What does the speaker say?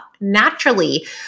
naturally